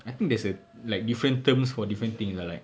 I think there's a like different terms for different things uh like